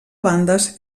bandes